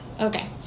Okay